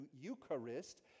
Eucharist